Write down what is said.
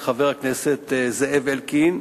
לחבר הכנסת זאב אלקין,